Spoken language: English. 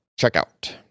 checkout